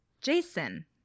Jason